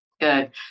Good